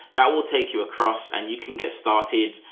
that will take you across and you can get started.